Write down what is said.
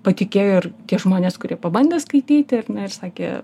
patikėjo ir tie žmonės kurie pabandė skaityti ar ne ir sakė